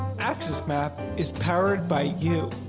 axs map is powered by you.